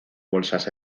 bolsas